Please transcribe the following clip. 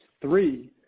three